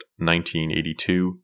1982